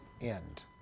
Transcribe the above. end